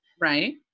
Right